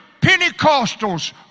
Pentecostals